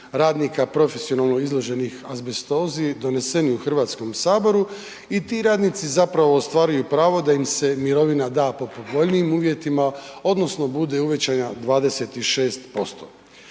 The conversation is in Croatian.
radnika profesionalno izloženih azbestozi doneseni u HS-u i ti radnici zapravo ostvaruju pravo da im se mirovina da po povoljnijim uvjetima, odnosno bude uvećana 26%.